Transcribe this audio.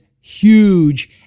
huge